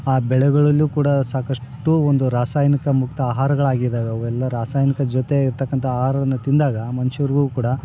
ಆ ಬೆಳೆಗಳಲ್ಲು ಕೂಡ ಸಾಕಷ್ಟು ಒಂದು ರಾಸಾಯನಿಕ ಮುಕ್ತ ಆಹಾರಗಳಾಗಿದಾವೆ ಅವೆಲ್ಲ ರಾಸಯನಿಕ ಜೊತೆ ಇರ್ತಕ್ಕಂಥ ಆಹಾರವನ್ನು ತಿಂದಾಗ ಮನುಷ್ಯರ್ಗೂ ಕೂಡ